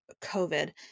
covid